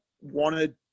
wanted